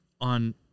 on